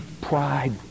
Pride